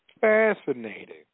Fascinating